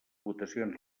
votacions